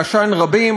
אבל יש עוד שגרה,